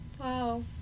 Wow